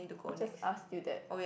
I just asked you that